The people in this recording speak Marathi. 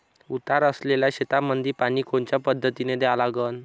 उतार असलेल्या शेतामंदी पानी कोनच्या पद्धतीने द्या लागन?